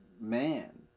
man